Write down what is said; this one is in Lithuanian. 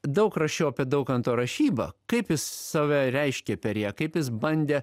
daug rašiau apie daukanto rašybą kaip jis save reiškė per ją kaip jis bandė